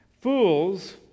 Fools